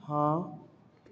ہاں